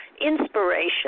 Inspiration